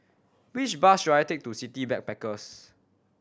which bus should I take to City Backpackers